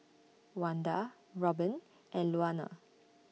Wanda Robbin and Luana